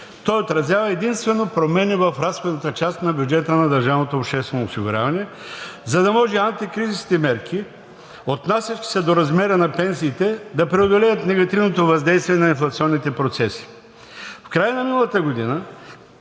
той отразява единствено промени в разходната част на бюджета на държавното обществено осигуряване, за да може антикризисните мерки, отнасящи се до размера на пенсиите, да преодолеят негативното въздействие на инфлационните процеси. В края на миналата година